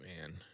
man